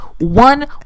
One